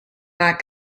not